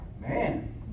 man